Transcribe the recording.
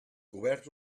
coberts